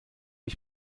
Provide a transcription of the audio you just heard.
ich